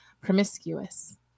promiscuous